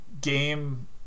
game